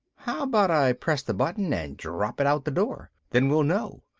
how about i press the button and drop it out the door? then we'll know.